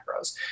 macros